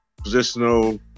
positional